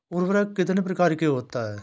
उर्वरक कितनी प्रकार के होता हैं?